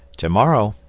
to-morrow,